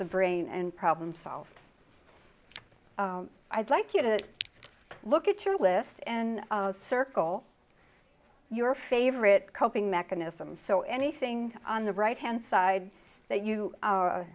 the brain and problem solved i'd like you to look at your list and circle your favorite coping mechanism so anything on the right hand side that you